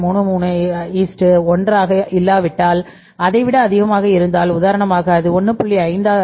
33 1 ஆக இல்லாவிட்டால் அதை விட அதிகமாக இருந்தால் உதாரணமாக அது 1